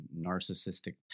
narcissistic